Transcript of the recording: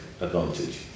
advantage